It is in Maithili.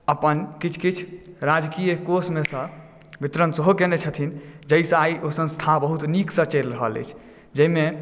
अपन किछु किछु राजकीय कोषमे सँ वितरण सेहो कयने छथिन जाहि सँ आइ ओ संस्था बहुत नीकसँ चलि रहल अछि जाहिमे